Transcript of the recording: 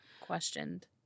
questioned